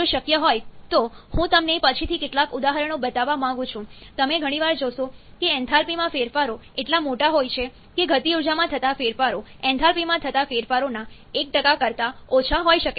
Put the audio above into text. જો શક્ય હોય તો હું તમને પછીથી કેટલાક ઉદાહરણો બતાવવા માંગુ છું તમે ઘણીવાર જોશો કે એન્થાલ્પીમાં ફેરફારો એટલા મોટા હોય છે કે ગતિ ઊર્જામાં થતા ફેરફારો એન્થાલ્પીમાં થતા ફેરફારોના 1 કરતા ઓછા હોઈ શકે છે